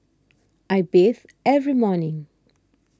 I bathe every morning